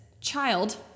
child